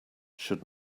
should